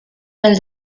del